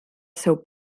seu